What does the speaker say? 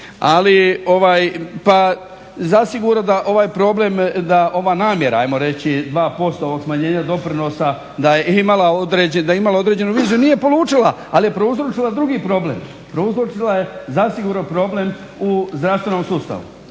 Zasigurno da ovaj problem da ova namjera ajmo reći 2% od smanjenja doprinosa da je imala određenu viziju. Nije polučila, ali je prouzročila drugi problem, prouzročila je problem u zdravstvenom sustavu.